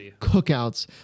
Cookouts